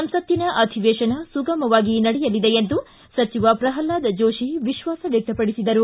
ಸಂಸತ್ತಿನ ಅಧಿವೇಶನ ಸುಗಮವಾಗಿ ನಡೆಯಲಿದೆ ಎಂದು ಸಚಿವ ಪ್ರಹ್ಲಾದ್ ಜೋಶಿ ವಿಶ್ವಾಸ ವ್ಯಕ್ತಪಡಿಸಿದರು